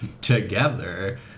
together